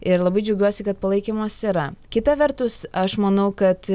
ir labai džiaugiuosi kad palaikymas yra kita vertus aš manau kad